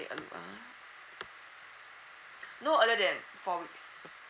take a look ah